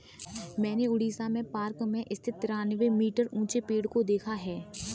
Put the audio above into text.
मैंने उड़ीसा में पार्क में स्थित तिरानवे मीटर ऊंचे पेड़ को देखा है